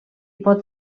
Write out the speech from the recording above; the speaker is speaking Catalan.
pot